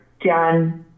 done